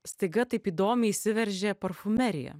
staiga taip įdomiai įsiveržė parfumerija